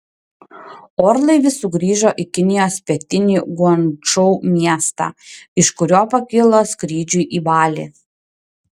orlaivis sugrįžo į kinijos pietinį guangdžou miestą iš kurio pakilo skrydžiui į balį